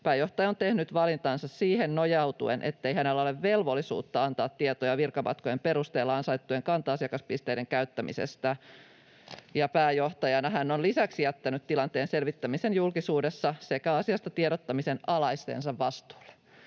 pääjohtaja on tehnyt valintansa siihen nojautuen, ettei hänellä ole velvollisuutta antaa tietoja virkamatkojen perusteella ansaittujen kanta-asiakaspisteiden käyttämisestä, ja pääjohtajana hän on lisäksi jättänyt tilanteen selvittämisen julkisuudessa sekä asiasta tiedottamisen alaistensa vastuulle.